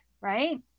right